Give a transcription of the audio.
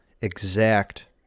exact